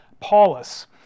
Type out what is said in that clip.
Paulus